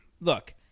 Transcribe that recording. look